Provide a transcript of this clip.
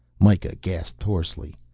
mikah gasped hoarsely.